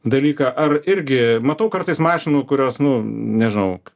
dalyką ar irgi matau kartais mašinų kurios nu nežinau